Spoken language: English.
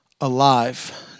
alive